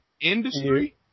industry